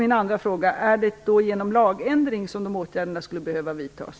Min andra fråga: Är det i så fall genom lagändring som dessa åtgärder skulle behöva vidtas?